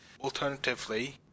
Alternatively